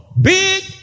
big